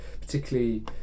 particularly